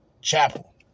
Chapel